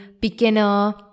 beginner